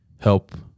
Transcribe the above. help